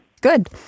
Good